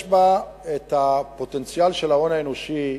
יש בה הפוטנציאל של ההון האנושי,